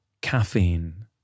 caffeine